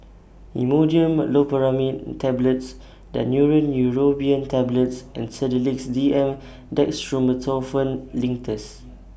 Imodium Loperamide Tablets Daneuron Neurobion Tablets and Sedilix D M Dextromethorphan Linctus